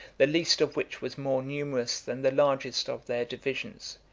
the least of which was more numerous than the largest of their divisions.